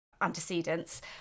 antecedents